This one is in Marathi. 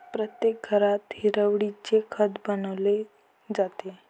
प्रत्येक घरात हिरवळीचे खत बनवले जाते